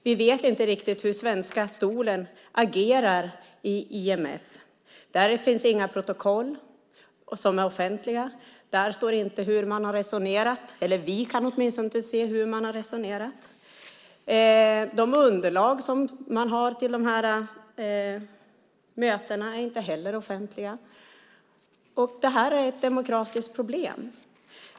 Vi vet inte riktigt hur den svenska stolen agerar i IMF. Där finns inga offentliga protokoll. Det står inte hur man har resonerat - vi kan åtminstone inte se det. De underlag som man har till mötena är inte heller offentliga. Detta är ett demokratiskt problem.